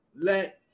let